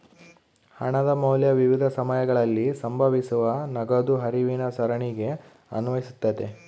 ಹಣದ ಮೌಲ್ಯ ವಿವಿಧ ಸಮಯಗಳಲ್ಲಿ ಸಂಭವಿಸುವ ನಗದು ಹರಿವಿನ ಸರಣಿಗೆ ಅನ್ವಯಿಸ್ತತೆ